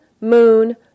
Moon